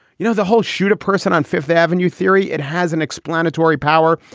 you know the whole shoot a person on fifth avenue theory it has an explanatory power.